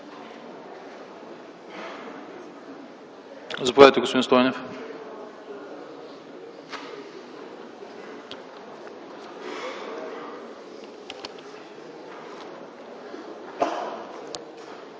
Заповядайте, господин Стойнев.